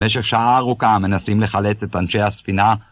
במשך שעה ארוכה מנסים לחלץ את אנשי הספינה